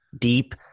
deep